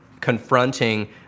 confronting